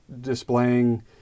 displaying